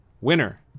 winner